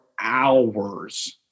hours